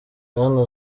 bwana